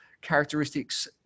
characteristics